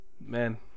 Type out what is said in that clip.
Man